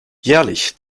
jährlich